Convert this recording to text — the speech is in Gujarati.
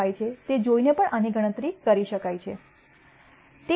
5 છે તે જોઈને પણ આની ગણતરી કરી શકાય છે